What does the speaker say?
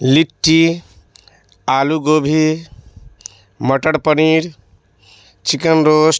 litti aloo gobi matar paneer chicken roast